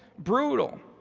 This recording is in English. brutal,